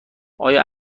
آیا